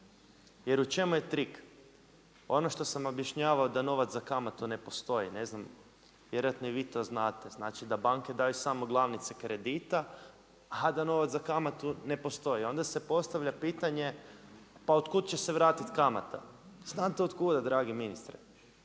Jer u čemu je trik? Ono što sam objašnjavao da novac za kamatu ne postoji, ne znam, vjerojatno i vi to znate znači da banke daju samo glavnice kredita a da novac za kamatu ne postoji. I onda se postavlja pitanje pa otkuda će se vratiti kamata? Znate otkuda dragi ministre